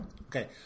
Okay